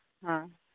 ᱦᱮᱸ